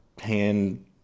hand